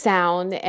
Sound